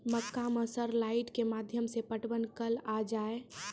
मक्का मैं सर लाइट के माध्यम से पटवन कल आ जाए?